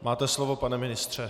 Máte slovo, pane ministře.